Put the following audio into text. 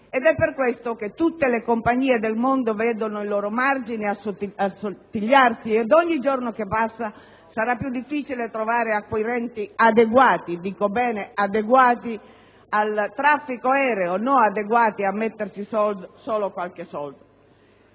ed è per questo che tutte le compagnie del mondo vedono il loro margine assottigliarsi ed ogni giorno che passa sarà più difficile trovare acquirenti adeguati al traffico aereo da gestire, non adeguati a metterci solo qualche soldo.